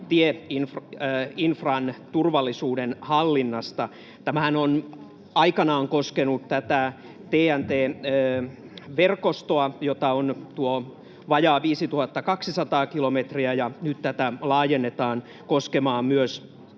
tieinfran turvallisuuden hallinnasta. Tämähän on aikanaan koskenut TEN-T-verkostoa, jota on vajaat 5 200 kilometriä, ja nyt tätä laajennetaan koskemaan myös